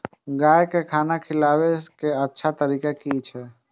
गाय का खाना खिलाबे के अच्छा तरीका की छे?